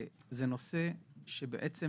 זה נושא שנוגע